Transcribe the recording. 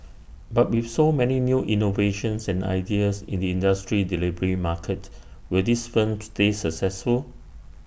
but with so many new innovations and ideas in the industry delivery market will these firms stay successful